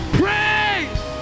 praise